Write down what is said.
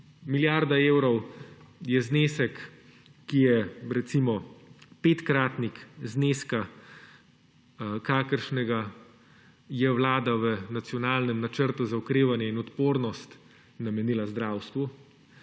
milijarda evrov je znesek, ki je recimo petkratnik zneska, kakršnega je Vlada v nacionalnem Načrtu za okrevanje in odpornost namenila zdravstvu,